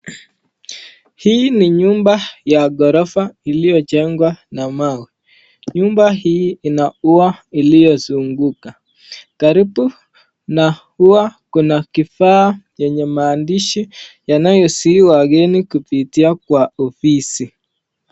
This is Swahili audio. Hii ni nyumba ya ghorofa iliyojengwa na mawe. Nyumba hii ina ua iliyozunguka. Karibu na ua kuna kifaa chenye maandishi yanayosihi wageni kupitia kwa ofisi.